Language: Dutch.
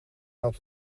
had